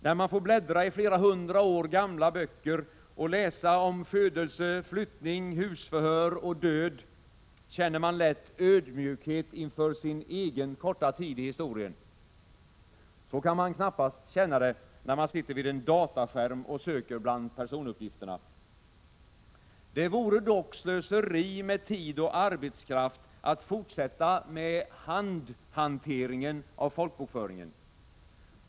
När man får bläddra i flera hundra år gamla böcker och läsa om födelse, flyttning, husförhör och död känner man lätt ödmjukhet inför sin egen korta tid i historien. Så kan man knappast känna det, när man sitter vid en dataskärm och söker bland personuppgifterna ... Det vore dock slöseri med tid och arbetskraft att fortsätta med handhanteringen av folkbokföringen.